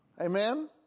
Amen